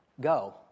go